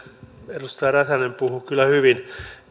edustaja räsänen puhui kyllä hyvin